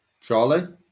Charlie